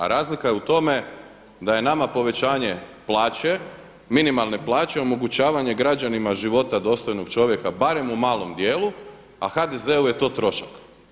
A razlika je u tome da je nama povećanje plaće, minimalne plaće, omogućavanje građanima života dostojnog čovjeka barem u malom dijelu a HDZ-u je to trošak.